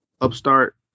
upstart